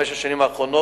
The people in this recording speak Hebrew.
חברי חברי הכנסת,